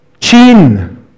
chin